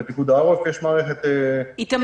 ולפיקוד העורף יש מערכת -- איתמר,